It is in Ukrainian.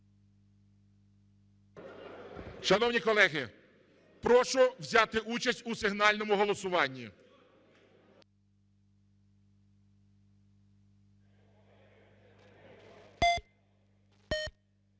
Шановні колеги, прошу взяти участь у сигнальному голосуванні.